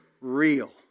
Real